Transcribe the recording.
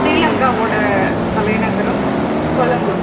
ஸ்ரீலங்காவோடய தலைநகரம் கொலம்பு